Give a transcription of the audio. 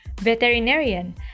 veterinarian